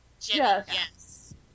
Yes